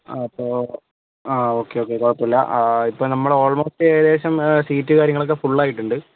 അപ്പോൾ ആ okay okay കുഴപ്പമില്ല ഇപ്പോൾ നമ്മൾ ഓൾമോസ്റ്റ് ഏകദേശം സീറ്റ് കാര്യങ്ങളൊക്കെ ഫുൾ ആയിട്ടുണ്ട്